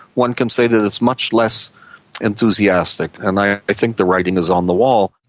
one could say that it's much less enthusiastic, and i think the writing is on the wall.